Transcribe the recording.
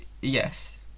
Yes